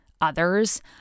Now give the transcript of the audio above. others